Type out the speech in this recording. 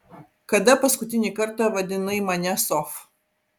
kada paskutinį kartą vadinai mane sof